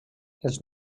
els